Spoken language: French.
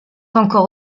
encore